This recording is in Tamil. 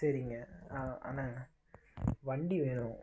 சரிங்க அண்ணா வண்டி வேணும்